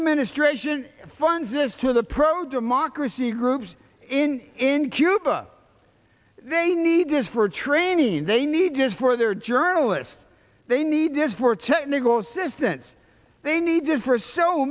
administration funds is to the pro democracy groups in in cuba they need is for training they need just for their journalists they needed for technical assistance they needed for so